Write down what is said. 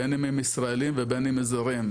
בין אם הם ישראליים ובין אם הם זרים,